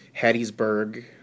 Hattiesburg